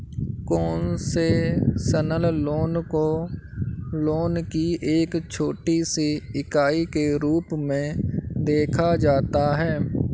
concessional loan को loan की एक छोटी सी इकाई के रूप में देखा जाता है